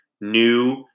new